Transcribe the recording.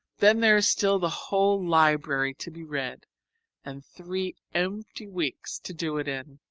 then there is still the whole library to be read and three empty weeks to do it in!